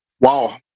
Wow